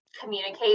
communicate